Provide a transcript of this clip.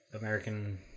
American